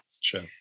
Sure